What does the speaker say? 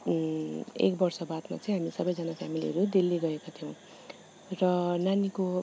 एक बर्ष बादमा चाहिँ हामी सबैजना फेमिलीहरू दिल्ली गएका थियौँ र नानीको